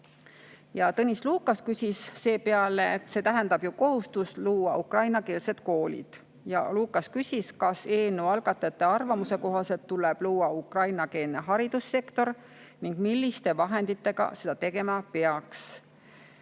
Tõnis Lukas [ütles] seepeale, et see tähendab ju kohustust luua ukrainakeelsed koolid. Lukas küsis, kas eelnõu algatajate arvamuse kohaselt tuleb luua ukrainakeelne haridussektor ning milliste vahenditega seda tegema peaks.